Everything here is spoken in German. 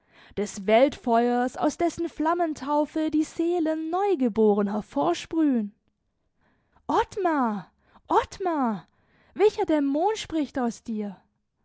des weltfeuers aus dessen flammentaufe die seelen neugeboren hervorsprühen ottmar ottmar welcher dämon spricht aus dir